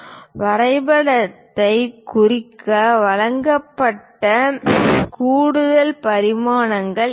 வரைபடத்தைக் குறிக்க வழங்கப்பட்ட கூடுதல் பரிமாணங்கள் இவை